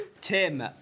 Tim